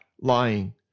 lying